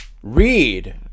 Read